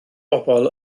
bobl